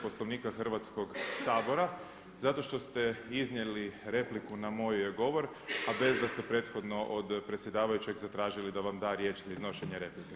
Poslovnika Hrvatskoga sabora zato što ste iznijeli repliku na moj govor a bez da ste prethodno od presjedavajućeg zatražili da vam da riječ za iznošenje replike.